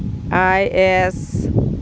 I S